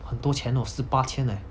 很多钱哦十八千 eh